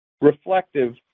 reflective